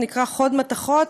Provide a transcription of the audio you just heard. נקרא חוד מתכות,